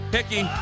Hickey